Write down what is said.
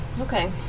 Okay